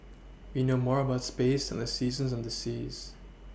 we know more about space than the seasons and the seas